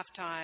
halftime